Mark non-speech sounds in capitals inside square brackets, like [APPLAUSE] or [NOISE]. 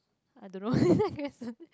I don't know [LAUGHS] I guess so